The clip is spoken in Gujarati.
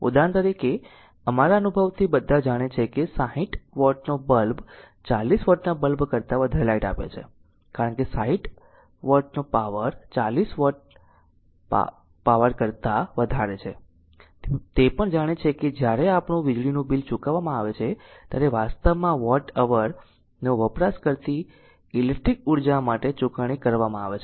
ઉદાહરણ તરીકે અમારા અનુભવથી બધા જાણે છે કે 60 વોટનો બલ્બ 40 વોટના બલ્બ કરતા વધારે લાઈટ આપે છે કારણ કે 60 વોટનો પાવર 40 વોટ કરતા વધારે છે તે પણ જાણે છે કે જ્યારે આપણું વીજળીનું બિલ ચૂકવવામાં આવે છે ત્યારે વાસ્તવમાં વોટ અવર નો વપરાશ કરતી ઇલેક્ટ્રિક ઉર્જા માટે ચૂકવણી કરવામાં આવે છે